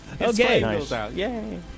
Okay